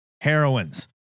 heroines